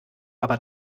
aber